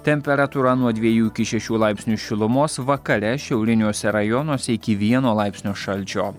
temperatūra nuo dviejų iki šešių laipsnių šilumos vakare šiauriniuose rajonuose iki vieno laipsnio šalčio